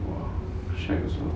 !wah! shag